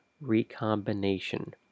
recombination